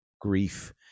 grief